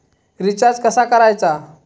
Recharge कसा करायचा?